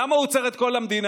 למה הוא עוצר את כל המדינה?